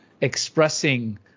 expressing